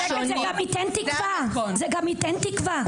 זה גם ייתן תקווה.